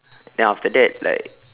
then after that like